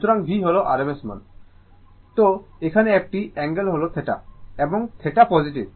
সুতরাং এখানে একটি অ্যাঙ্গেল হল θ এবং θ পজিটিভ